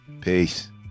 Peace